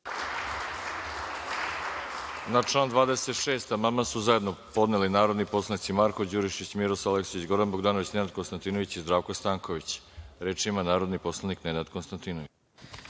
Na član 26. amandman su zajedno podneli narodni poslanici Marko Đurišić, Miroslav Aleksić, Goran Bogdanović, Nenad Konstantinović i Zdravko Stanković. Reč ima narodni poslanik Nenad Konstantinović.